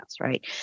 right